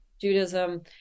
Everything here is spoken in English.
Judaism